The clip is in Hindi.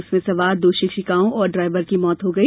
उसमें सवार दो शिक्षिकाओं और ड्रायवर की मौत हो गई